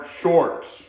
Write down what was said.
shorts